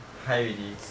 high already